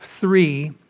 three